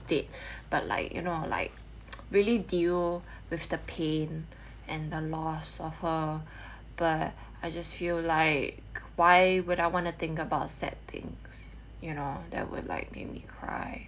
dead but like you know like really deal with the pain and the loss of her but I just feel like why would I want to think about sad things you know that would like make me cry